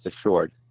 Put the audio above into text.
assured